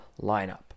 lineup